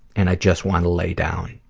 and i just want to lay down.